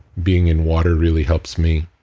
being in water really helps me.